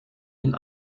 den